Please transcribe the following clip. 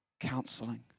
counseling